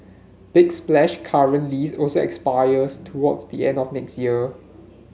big splash current lease also expires toward the end of next year